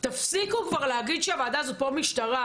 תפסיקו כבר להגיד שהוועדה הזאת פרו משטרה.